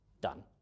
done